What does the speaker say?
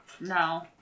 no